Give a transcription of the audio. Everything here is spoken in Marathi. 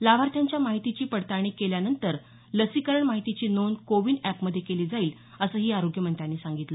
लाभार्थ्यांच्या माहितीची पडताळणी केल्यानंतर लसीकरण माहितीची नोंद कोवीन एपमध्ये केली जाईल असं आरोग्य मंत्र्यांनी सांगितलं